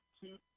two